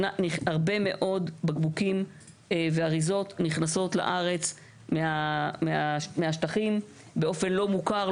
הרבה מאוד בקבוקים ואריזות נכנסים לארץ מהשטחים באופן לא מוכר,